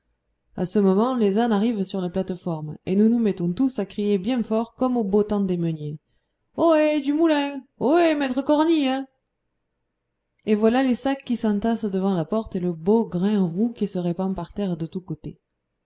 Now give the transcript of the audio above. à ce moment les ânes arrivent sur la plate-forme et nous nous mettons tous à crier bien fort comme au beau temps des meuniers ohé du moulin ohé maître cornille et voilà les sacs qui s'entassent devant la porte et le beau grain roux qui se répand par terre de tous côtés